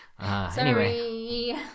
Sorry